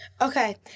Okay